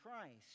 Christ